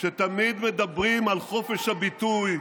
שתמיד מדברים על חופש הביטוי,